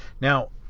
Now